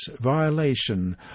violation